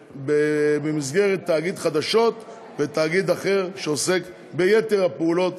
במסגרת של תאגיד חדשות ותאגיד אחר שעוסק ביתר הפעולות